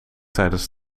tijdens